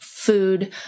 Food